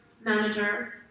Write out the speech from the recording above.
manager